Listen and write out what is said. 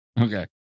Okay